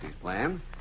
plan